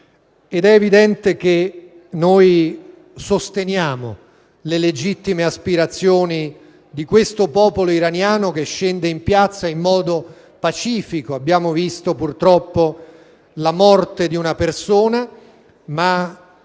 È evidente che noi sosteniamo le legittime aspirazioni di questo popolo iraniano che scende in piazza in modo pacifico. Abbiamo visto purtroppo la morte di una persona, ma